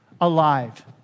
Alive